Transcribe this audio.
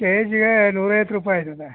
K ಜಿಗೆ ನೂರೈವತ್ತು ರೂಪಾಯಿ ಆಗಿದೆ